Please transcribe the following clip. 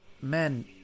Men